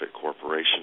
corporation